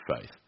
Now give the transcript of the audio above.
faith